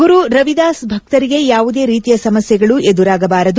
ಗುರು ರವಿದಾಸ್ ಭಕ್ತರಿಗೆ ಯಾವುದೇ ರೀತಿಯ ಸಮಸ್ನೆಗಳು ಎದುರಾಗಬಾರದು